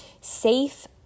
Safe